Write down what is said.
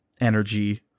energy